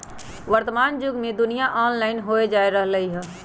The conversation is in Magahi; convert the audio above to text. वर्तमान जुग में दुनिया ऑनलाइन होय जा रहल हइ